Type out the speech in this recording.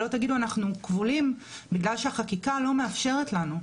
ולא תגידו שאתם כבולים בגלל שהחקיקה לא מאפשרת לכם.